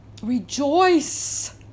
rejoice